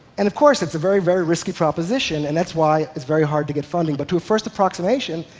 and of course, it's a very, very risky trial position, and that's why it's very hard to get funding, but to a first approximation,